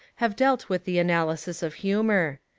have dealt with the analysis of humour.